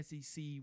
SEC